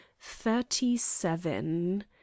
thirty-seven